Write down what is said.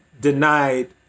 denied